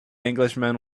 englishman